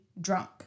drunk